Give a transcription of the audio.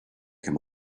him